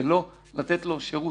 זה לא לתת לו שירות.